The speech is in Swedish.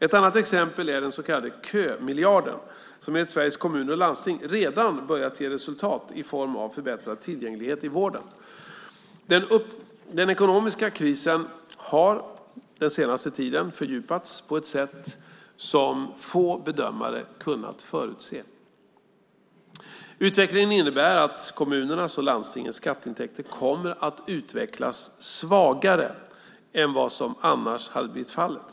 Ett annat exempel är den så kallade kömiljarden, som enligt Sveriges Kommuner och Landsting redan börjat ge resultat i form av förbättrad tillgänglighet i vården. Den ekonomiska krisen har den senaste tiden fördjupats på ett sätt som få bedömare kunnat förutse. Utvecklingen innebär att kommunernas och landstingens skatteintäkter kommer att utvecklas svagare än vad som annars hade blivit fallet.